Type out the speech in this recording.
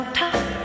top